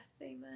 Amen